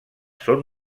són